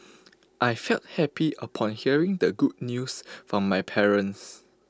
I felt happy upon hearing the good news from my parents